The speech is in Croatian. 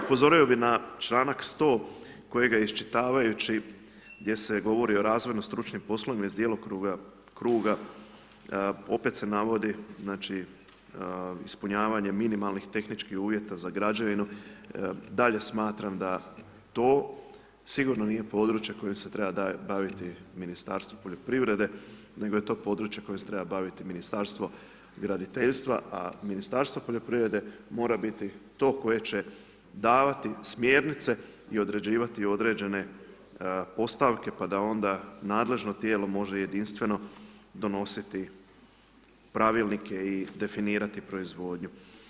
Upozorio bi na članak 100. kojega iščitavajući gdje se govori o razvojno-stručnim poslovima iz djelokruga kruga, opet se navodi, znači ispunjavanje minimalnih tehničkih uvjeta za građevinu, dalje smatram da to sigurno nije područje koje se treba baviti Ministarstvo poljoprivrede nego je to područje kojim se treba baviti Ministarstvo graditeljstva a Ministarstvo poljoprivrede mora biti to koje će davati smjernice i određivati određene postavke, pa da onda nadležno tijelo može jedinstveno donositi Pravilnike i definirati proizvodnju.